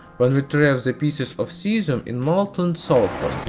but we throw the piece of cesium in molten sulfur.